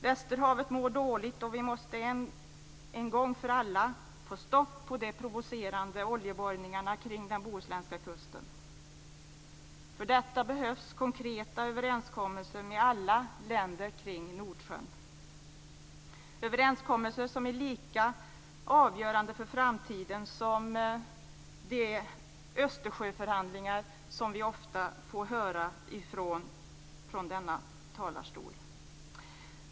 Västerhavet mår dåligt, och vi måste en gång för alla få stopp för de provocerande oljeborrningarna kring den bohuslänska kusten. För detta behövs konkreta överenskommelser med alla länder kring Nordsjön. Dessa överenskommelser är lika avgörande för framtiden som de Östersjöförhandlingar som vi ofta får höra om från denna talarstol.